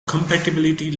compatibility